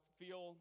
feel